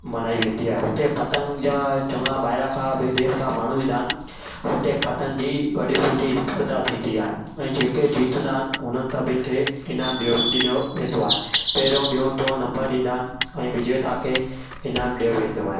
मल्हाई वेंदी आहे हुते पतंग जा चङा ॿाहिरां जा विदेस खां माण्हू ईंदा आहिनि हुते पतंग जी वॾी सुठी स्पर्धा थींदी आहे ऐं जेके जीतना आहिनि उन्हनि सभिनि खे इनाम ॾियो ॾिनो वेंदो आहे पहिरियों ॿियो टियों नम्बर ॾींदा आहिनि ऐं विजेता खे इनाम ॾियो वेंदो आहे